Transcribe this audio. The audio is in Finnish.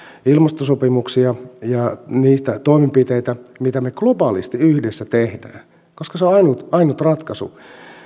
ilmastosopimuksia ja niitä toimenpiteitä mitä me globaalisti yhdessä teemme koska ne ovat ainut ratkaisu